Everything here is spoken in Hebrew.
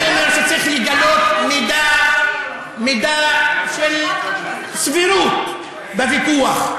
אני אומר שצריך לגלות מידה של סבירות בוויכוח.